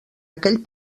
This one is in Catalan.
aquell